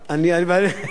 משהו חשוב.